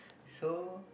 so